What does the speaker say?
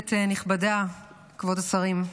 כנסת נכבדה, כבוד השרים,